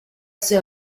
estoy